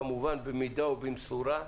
כמובן במידה ובמשורה,